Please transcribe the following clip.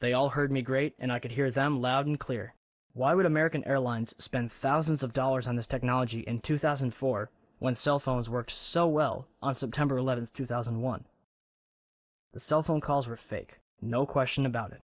they all heard me great and i could hear them loud and clear why would american airlines spend thousands of dollars on this technology in two thousand and four when cell phones works so well on september eleventh two thousand and one the cell phone calls were fake no question about it